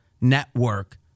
network